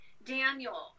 Daniel